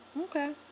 Okay